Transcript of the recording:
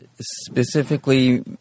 specifically